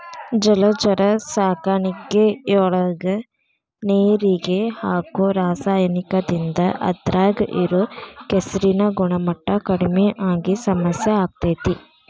ಜಲಚರ ಸಾಕಾಣಿಕೆಯೊಳಗ ನೇರಿಗೆ ಹಾಕೋ ರಾಸಾಯನಿಕದಿಂದ ಅದ್ರಾಗ ಇರೋ ಕೆಸರಿನ ಗುಣಮಟ್ಟ ಕಡಿಮಿ ಆಗಿ ಸಮಸ್ಯೆ ಆಗ್ತೇತಿ